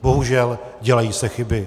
Bohužel dělají se chyby.